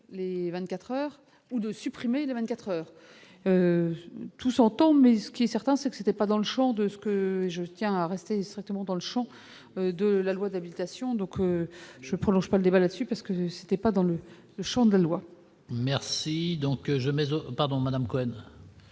et 24 heures ou de supprimer les 24 heures tout entend mais ce qui est certain, c'est que c'était pas dans le Champ de ce que je tiens à rester strictement dans le Champ de la loi d'habitation, donc je prolonge pas le débat là-dessus parce que c'était pas dans le Champ de la loi. Merci